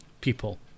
people